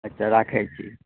अच्छा राखैत छी